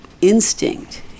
instinct